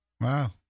Wow